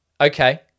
Okay